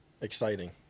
Exciting